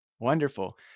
Wonderful